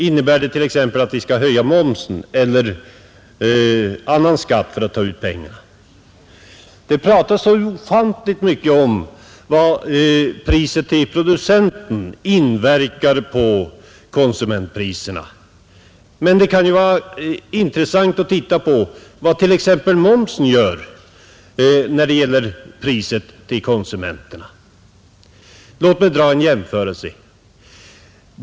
Innebär det t.ex. att vi skall höja momsen eller annan skatt för att ta ut pengarna? Det pratas så ofantligt mycket om hur priset till producenten inverkar på konsumentpriserna, men det kan ju vara intressant att titta på vad t.ex, momsen gör när det gäller konsumentpriset, Låt mig göra en jämförelse.